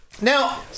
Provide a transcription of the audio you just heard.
Now